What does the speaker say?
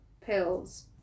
pills